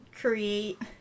create